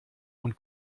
und